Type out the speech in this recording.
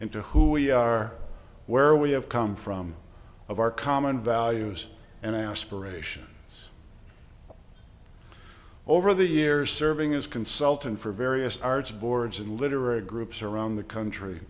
into who we are where we have come from of our common values and aspirations over the years serving as consultant for various arts boards and literary groups around the country